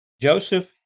Joseph